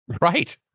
Right